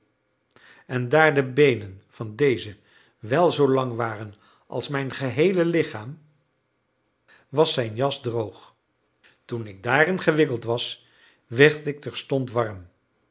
en daar de beenen van dezen wel zoo lang waren als mijn geheele lichaam was zijn jas droog toen ik daarin gewikkeld was werd ik terstond warm